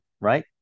right